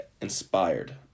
inspired